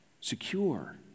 secure